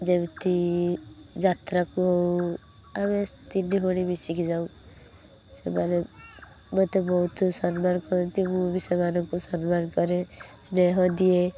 ଯେମିତି ଯାତ୍ରାକୁ ଆମେ ତିନି ଭଉଣୀ ମିଶିକି ଯାଉ ସେମାନେ ମତେ ବହୁତ ସମ୍ମାନ କରନ୍ତି ମୁଁ ବି ସେମାନଙ୍କୁ ସମ୍ମାନ କରେ ସ୍ନେହ ଦିଏ